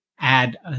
add